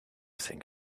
think